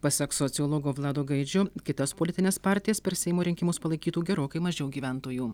pasak sociologo vlado gaidžio kitas politines partijas per seimo rinkimus palaikytų gerokai mažiau gyventojų